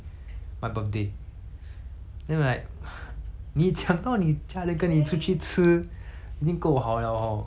你讲到你家人跟你出去吃已经够好 liao hor 我都没有 ah 要都不可以啊